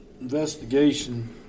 investigation